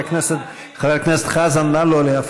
לגרום להם להבין, חבר הכנסת חזן, נא לא להפריע.